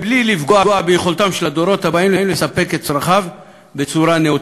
בלי לפגוע ביכולתם של הדורות הבאים לספק את צורכיהם בצורה נאותה.